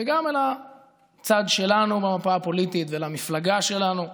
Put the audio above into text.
וגם אל הצד שלנו במפה הפוליטית ואל המפלגה שלנו.